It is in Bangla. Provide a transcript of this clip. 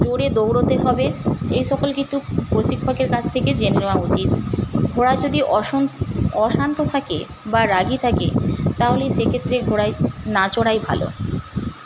জোরে দৌড়তে হবে এ সকল কিন্তু প্রশিক্ষকের কাছ থেকে জেনে নেওয়া উচিত ঘোড়া যদি অশান্ত থাকে বা রাগী থাকে তাহলে সেক্ষেত্রে ঘোড়ায় না চড়াই ভালো